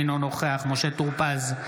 אינו נוכח משה טור פז,